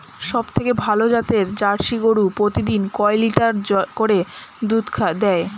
সবথেকে ভালো জাতের জার্সি গরু প্রতিদিন কয় লিটার করে দুধ দেয়?